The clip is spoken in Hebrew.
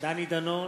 דני דנון,